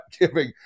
giving